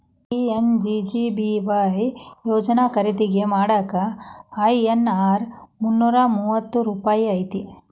PMJJBY ಯೋಜನಾ ಖರೇದಿ ಮಾಡಾಕ ಐ.ಎನ್.ಆರ್ ಮುನ್ನೂರಾ ಮೂವತ್ತ ರೂಪಾಯಿ ಐತಿ